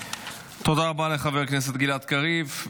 תודה רבה לחבר הכנסת גלעד קריב.